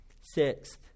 Sixth